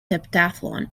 heptathlon